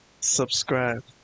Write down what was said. subscribe